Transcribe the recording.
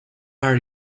are